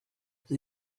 who